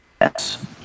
Yes